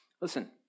listen